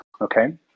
Okay